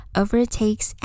overtakes